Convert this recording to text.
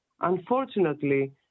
unfortunately